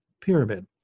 pyramid